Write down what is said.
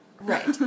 Right